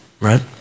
right